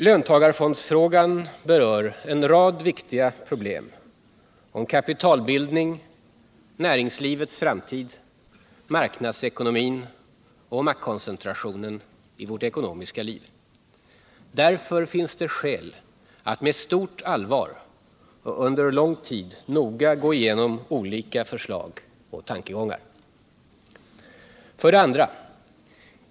Löntagarfondsfrågan berör en rad viktiga problem, om kapitalbilding, näringslivets framtid, marknadsekonomin och maktkoncentrationen i vårt ekonomiska liv. Därför finns det skäl att med stort allvar och under lång tid noga gå igenom olika förslag och tankegångar. 2.